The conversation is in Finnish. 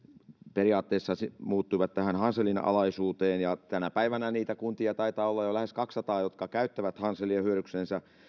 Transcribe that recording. periaatteessa muuttuivat tähän hanselin alaisuuteen tänä päivänä niitä kuntia taitaa olla jo lähes kaksisataa jotka käyttävät hanselia hyödyksensä